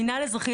עם המנהל האזרחי,